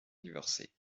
divorcer